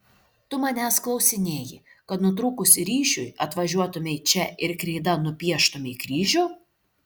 tu manęs klausinėji kad nutrūkus ryšiui atvažiuotumei čia ir kreida nupieštumei kryžių